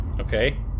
Okay